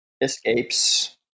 escapes